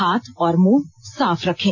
हाथ और मुंह साफ रखें